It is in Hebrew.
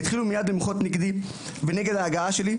התחילה מייד למחות נגדי ונגד ההגעה שלי,